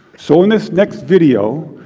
so in this next video,